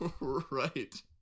right